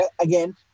again